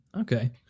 Okay